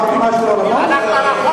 הלכת רחוק